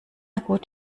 gut